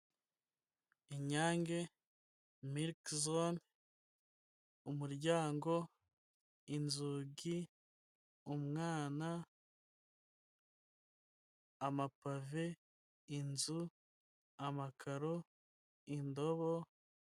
Inyange miliki zone, umuryango, inzugi, umwana, amapave, inzu, amakaro, indobo.